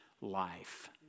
life